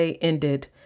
ended